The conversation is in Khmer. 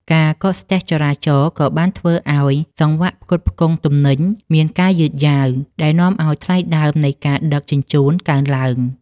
ការកកស្ទះចរាចរណ៍ក៏បានធ្វើឱ្យសង្វាក់ផ្គត់ផ្គង់ទំនិញមានការយឺតយ៉ាវ ដែលនាំឱ្យថ្លៃដើមនៃការដឹកជញ្ជូនកើនឡើង។